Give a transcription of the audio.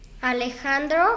Alejandro